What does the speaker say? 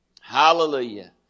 Hallelujah